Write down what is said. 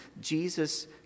Jesus